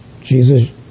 Jesus